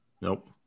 nope